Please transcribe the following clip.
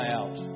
out